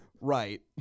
right